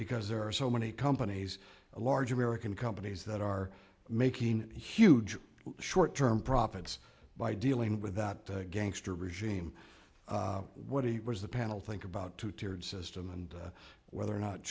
because there are so many companies a large american companies that are making huge short term profits by dealing with that gangster regime what it was the panel think about two tiered system and whether or not